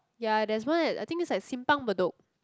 ya there's one at I think it's at Simpang-Bedok